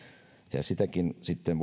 ja sitäkin sitten